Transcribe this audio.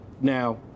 Now